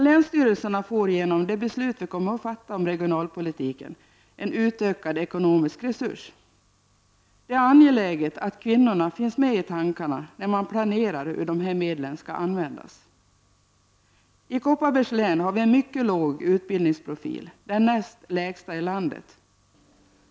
Länsstyrelserna får genom det beslut vi kommer att fatta om regionalpolitiken en utökad ekonomisk resurs. Det är angeläget att kvinnorna finns med i tankarna när man planerar hur dessa medel skall användas. I Kopparbergs län har vi en mycket låg utbildningsprofil — den näst lägsta ilandet.